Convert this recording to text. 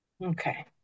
Okay